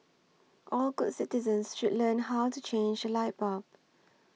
all good citizens should learn how to change a light bulb